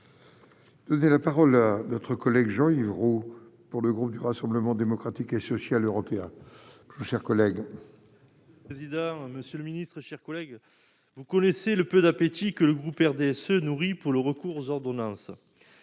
Donner la parole à notre collègue Jean-Yves gros pour le groupe du Rassemblement démocratique et social européen chers collègues. Président, monsieur le Ministre, chers collègues, vous connaissez le peu d'appétit que le groupe RDSE nourris pour le recours aux ordonnances